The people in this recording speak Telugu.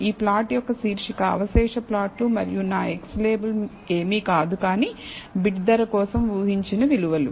ఈ ప్లాట్ యొక్క శీర్షిక అవశేష ప్లాట్లు మరియు నా x లేబుల్ ఏమీ కాదు కానీ బిడ్ ధర కోసం ఊ హించిన విలువలు